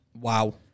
Wow